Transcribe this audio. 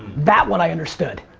that one i understood.